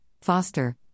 foster